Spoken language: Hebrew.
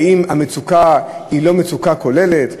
האם המצוקה היא לא מצוקה כוללת?